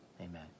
Amen